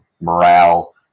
morale